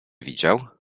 widział